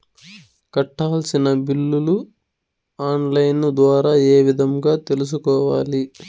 కట్టాల్సిన బిల్లులు online ద్వారా ఏ విధంగా తెలుసుకోవాలి?